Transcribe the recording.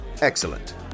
Excellent